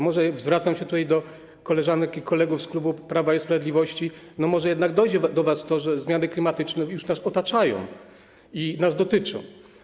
Może - zwracam się tutaj do koleżanek i kolegów z klubu Prawa i Sprawiedliwości - jednak dojdzie do was to, że zmiany klimatyczne już nas otaczają i nas dotyczą.